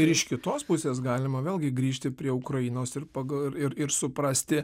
ir iš kitos pusės galima vėlgi grįžti prie ukrainos ir ir suprasti